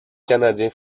canadiens